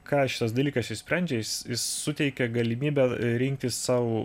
ką šitas dalykas išsprendžia jis suteikia galimybę rinktis sau